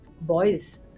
boys